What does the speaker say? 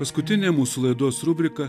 paskutinė mūsų laidos rubrika